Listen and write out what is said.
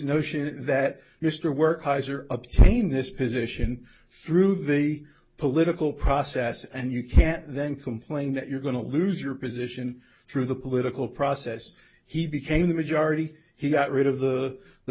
notion that mr work hisor obtain this position through the political process and you can't then complain that you're going to lose your position through the political process he became the majority he got rid of the the